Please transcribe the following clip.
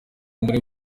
muri